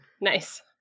Nice